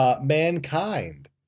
Mankind